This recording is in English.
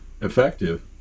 effective